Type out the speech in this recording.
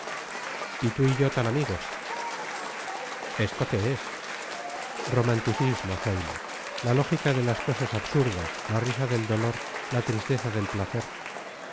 y tú y yo tan amigos esto qué es romanticismo zoilo la lógica de las cosas absurdas la risa del dolor la tristeza del placer